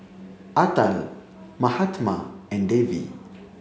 Atal Mahatma and Devi